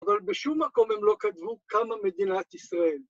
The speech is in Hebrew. אבל בשום מקום הם לא כתבו כמה מדינת ישראל.